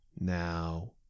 Now